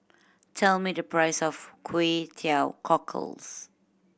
tell me the price of Kway Teow Cockles